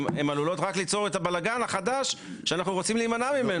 הן עלולות רק ליצור את הבלגן החדש שאנחנו רוצים להימנע ממנו.